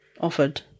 offered